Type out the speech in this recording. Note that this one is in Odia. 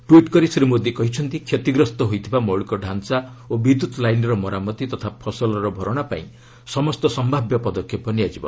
ଟ୍ୱିଟ୍ କରି ଶ୍ରୀ ମୋଦି କହିଛନ୍ତି କ୍ଷତିଗ୍ରସ୍ତ ହୋଇଥିବା ମୌଳିକ ଡାଞ୍ଚା ଓ ବିଦ୍ୟୁତ୍ ଲାଇନ୍ର ମରାମତି ତଥା ଫସଲର ଭରଣା ପାଇଁ ସମସ୍ତ ସମ୍ଭାବ୍ୟ ପଦକ୍ଷେପ ନିଆଯିବ